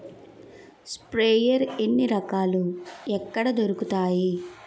Sprayer ఎన్ని రకాలు? ఎక్కడ దొరుకుతాయి?